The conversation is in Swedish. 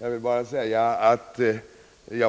Jag